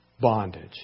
bondage